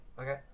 Okay